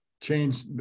change